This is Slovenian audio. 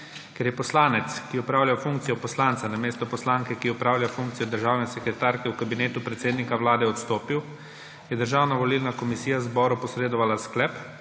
Ker je poslanec, ki je opravljal funkcijo poslanca namesto poslanke, ki opravlja funkcijo državne sekretarke v Kabinetu predsednika Vlade, odstopil, je Državna volilna komisija zboru posredovala sklep,